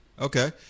okay